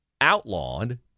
outlawed